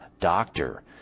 doctor